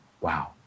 wow